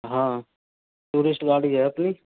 हाँ टुरिस्ट गाड़ी है अपनी